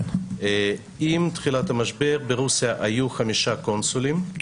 עם תחילת המשבר ברוסיה היו חמישה קונסולים,